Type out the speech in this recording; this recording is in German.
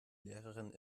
lehrerin